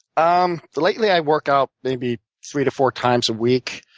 um lately i work out maybe three to four times a week.